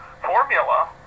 formula